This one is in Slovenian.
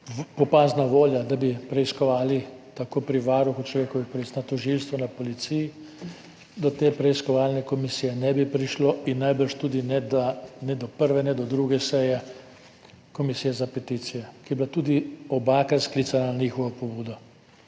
opazna volja, da bi preiskovali tako pri Varuhu človekovih pravic, na tožilstvu, na policiji, do te preiskovalne komisije ne bi prišlo in najbrž tudi ne do prve, ne do druge seje Komisije za peticije, ki je bila obakrat sklicana na njihovo pobudo.